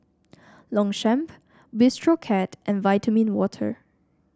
Longchamp Bistro Cat and Vitamin Water